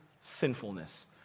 sinfulness